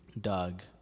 Doug